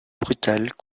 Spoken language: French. brutale